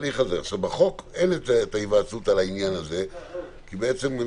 בחוק אין את ההיוועצות על העניין הזה כי בעצם אני